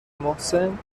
محسن